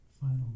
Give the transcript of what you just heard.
final